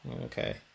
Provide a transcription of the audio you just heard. Okay